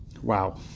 Wow